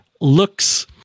looks